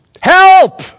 help